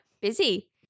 Busy